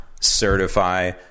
certify